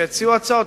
שהציעו הצעות,